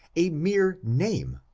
a mere name,